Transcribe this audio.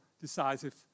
decisive